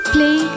Play